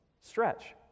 stretch